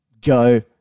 go